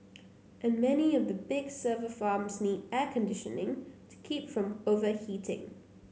and many of the big server farms need air conditioning to keep from overheating